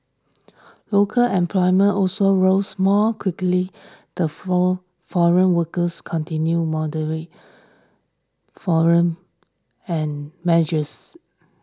local employment also rose more quickly the flown foreign workers continued moderate foreign and measures